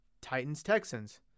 Titans-Texans